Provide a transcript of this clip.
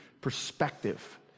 Perspective